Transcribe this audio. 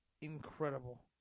incredible